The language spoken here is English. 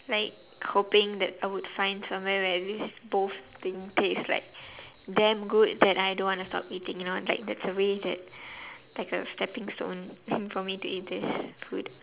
like hoping that I would find somewhere where this both thing taste like damn good that I don't want to stop eating you know like there's always that like a stepping stone for me to eat this food